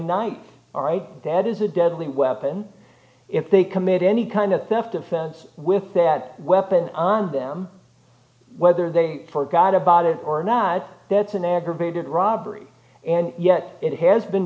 night all right that is a deadly weapon if they commit any kind of theft offense with that weapon on them whether they forgot about it or not that's an aggravated robbery and yet it has been